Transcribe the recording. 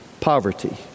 poverty